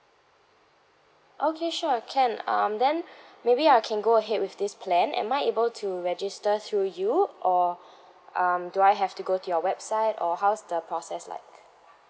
okay sure can um then maybe I can go ahead with this plan am I able to register through you or um do I have to go to your website or how's the process like